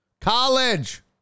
college